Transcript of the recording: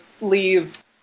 leave